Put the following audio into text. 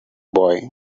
boy